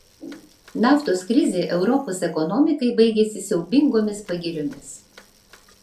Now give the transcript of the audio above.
naftos krizė europos ekonomikai baigėsi siaubingomis pagiriomis